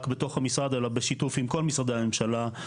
ולא רק בתוך המשרד אלא בשיתוף עם כל משרדי הממשלה,